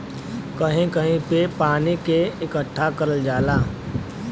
कहीं कहीं पे पानी के इकट्ठा करल जाला